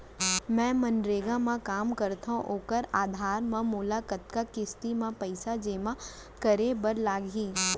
मैं मनरेगा म काम करथो, ओखर आधार म मोला कतना किस्ती म पइसा जेमा करे बर लागही?